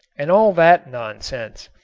and all that nonsense.